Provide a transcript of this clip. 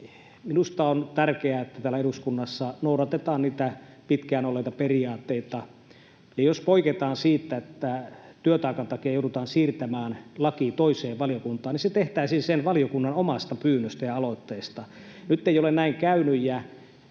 Minusta on tärkeää, että täällä eduskunnassa noudatetaan niitä pitkään olleita periaatteita, ja jos poiketaan siitä niin, että työtaakan takia joudutaan siirtämään laki toiseen valiokuntaan, niin se tehtäisiin sen valiokunnan omasta pyynnöstä ja aloitteesta. Nyt ei ole näin käynyt.